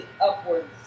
upwards